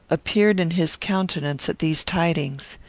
appeared in his countenance at these tidings.